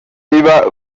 riba